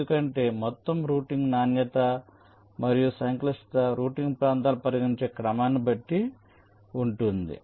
ఎందుకంటే మొత్తం రౌటింగ్ నాణ్యత మరియు సంక్లిష్టత రౌటింగ్ ప్రాంతాలను పరిగణించే క్రమాన్ని బట్టి ఉంటుంది